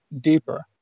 deeper